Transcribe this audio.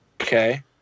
Okay